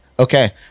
Okay